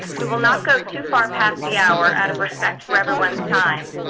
we will not go too far past the hour out of respect for everyone's time,